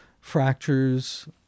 fractures